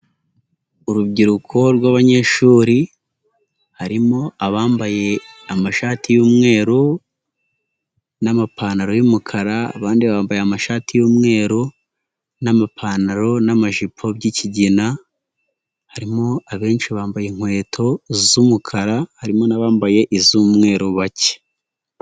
Urubyiruko rw'abanyeshuri, harimo abambaye amashati y'umweru n'amapantaro y'umukara, abandi bambaye amashati y'umweru n'amapantaro n'amajipo by'ikigina, harimo abenshi bambaye inkweto z'umukara, harimo n'abambaye iz'umweru bake.